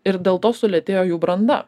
ir dėl to sulėtėjo jų branda